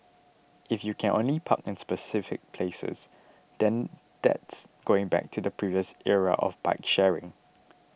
if you can only park in specific places then that's going back to the previous era of bike sharing